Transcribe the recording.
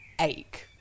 ache